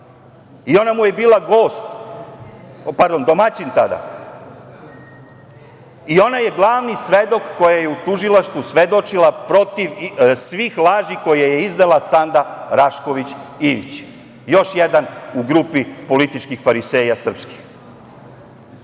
i ona mu je bila domaćin tada. Ona je glavni svedok koja je u tužilaštvu svedočila protiv svih laži koje je iznela Sanda Rašković Ivić. Još jedan u grupi političkih fariseja srpskih. Naravno,